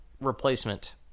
replacement